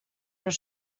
però